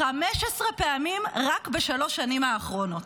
15 פעמים רק בשלוש השנים האחרונות.